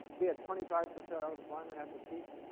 we had twenty five percent unemployment at the peak